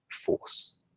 force